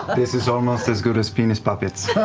this is almost as good as penis puppets.